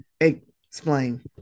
explain